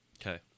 Okay